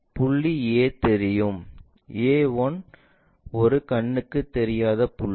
புள்ளி A தெரியும் A 1 ஒரு கண்ணுக்கு தெரியாத புள்ளி